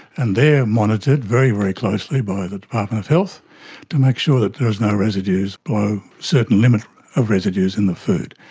and they are monitored very, very closely by the department of health to make sure that there is no residues below a certain limit of residues in the food.